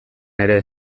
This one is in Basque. ere